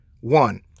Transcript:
one